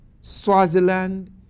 Swaziland